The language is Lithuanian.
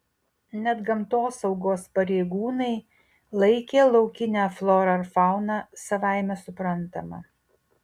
net gamtosaugos pareigūnai laikė laukinę florą ir fauną savaime suprantama